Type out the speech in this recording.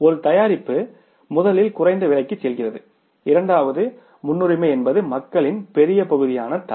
ஒரு தயாரிப்பு முதலில் குறைந்த விலைக்குச் செல்கிறது இரண்டாவது முன்னுரிமை என்பது மக்களின் பெரிய பகுதிக்கான தரம்